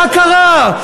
מה קרה?